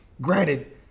granted